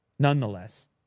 Nonetheless